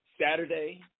Saturday